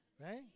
Right